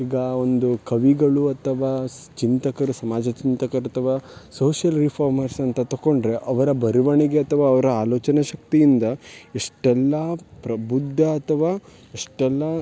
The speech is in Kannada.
ಈಗ ಒಂದು ಕವಿಗಳು ಅಥವಾ ಸ್ ಚಿಂತಕರು ಸಮಾಜ ಚಿಂತಕರು ಅಥವಾ ಸೋಶಿಯಲ್ ರಿಫಾರ್ಮರ್ಸ್ ಅಂತ ತಕೊಂಡರೆ ಅವರ ಬರವಣಿಗೆ ಅಥವಾ ಅವರ ಆಲೋಚನಾಶಕ್ತಿಯಿಂದ ಇಷ್ಟೆಲ್ಲ ಪ್ರಬುದ್ಧ ಅಥವಾ ಎಷ್ಟೆಲ್ಲ